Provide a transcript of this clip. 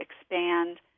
expand